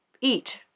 eat